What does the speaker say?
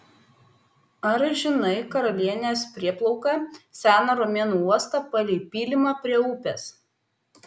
ar žinai karalienės prieplauką seną romėnų uostą palei pylimą prie upės